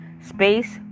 Space